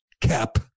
cap